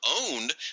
owned